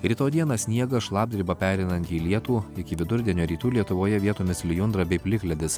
ir o dieną sniegas šlapdriba pereinanti į lietų iki vidurdienio rytų lietuvoje vietomis lijundra bei plikledis